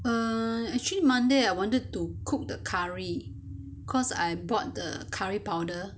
err actually monday I wanted to cook the curry cause I bought the curry powder